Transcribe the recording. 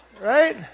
right